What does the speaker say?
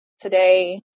today